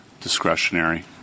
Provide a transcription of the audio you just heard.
discretionary